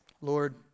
Lord